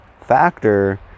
factor